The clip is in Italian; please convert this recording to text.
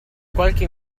qualche